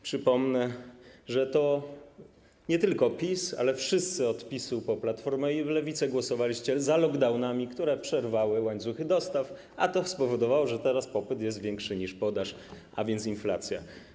Przypomnę, że to nie tylko PiS, ale wszyscy od PiS-u po Platformę i Lewicę głosowaliście za lockdownami, które przerwały łańcuchy dostaw, a to spowodowało, że teraz popyt jest większy niż podaż, a więc mamy inflację.